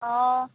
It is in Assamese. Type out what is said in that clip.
অঁ